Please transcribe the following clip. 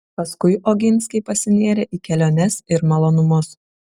paskui oginskiai pasinėrė į keliones ir malonumus